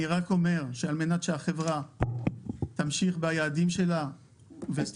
אני רק אומר שעל מנת שהחברה תמשיך ביעדים שלה --- אתה